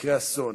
במקרה אסון,